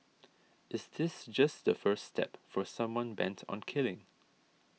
is this just the first step for someone bent on killing